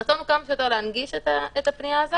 הרצון הוא כמה שיותר להנגיש את הפנייה הזאת.